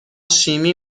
شیمی